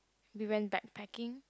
you went backpacking